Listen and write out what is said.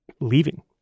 leaving